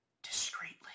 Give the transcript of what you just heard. discreetly